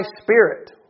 spirit